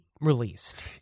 released